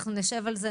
אנחנו נשב על זה,